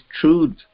truth